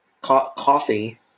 coffee